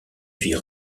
vie